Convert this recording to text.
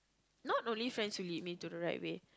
not only friends who lead me to the right way